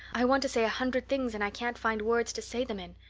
i want to say a hundred things, and i can't find words to say them in.